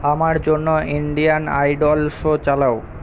আমার জন্য Indian Idol show চালাও